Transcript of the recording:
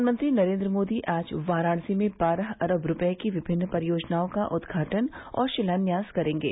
प्रधानमंत्री नरेन्द्र मोदी आज वाराणसी में बारह अरब रूपये की विभिन्न परियोजनाओं का उदघाटन और शिलान्यास करेंगे